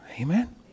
amen